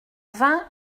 vingt